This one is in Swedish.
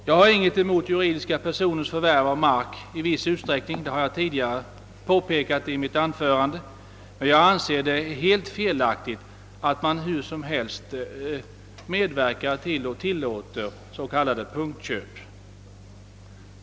Jag har inget emot att juridiska personer förvärvar mark i viss utsträckning, vilket jag påpekat tidigare i mitt anförande, men jag anser det vara helt felaktigt att myndigheterna utan urskillning tillåter och medverkar till dylika punktköp.